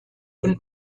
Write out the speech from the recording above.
und